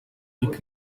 lick